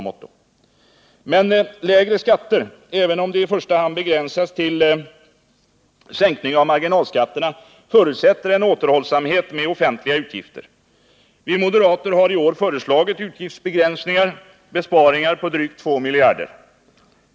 Men lägre skatter — även om det i första hand begränsas till sänkning av marginalskatterna — förutsätter en återhållsamhet med offentliga utgifter. Vi moderater har i år föreslagit utgiftsbegränsningar, besparingar på drygt 2 miljarder.